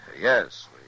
Yes